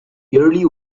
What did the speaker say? early